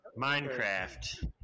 Minecraft